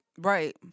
Right